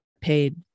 paid